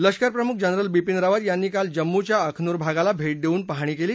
लष्करप्रमुख जनरल बिपीन रावत यांनी काल जम्मूच्या अखनूर भागाला भेट देऊन पाहणी केली